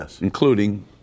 including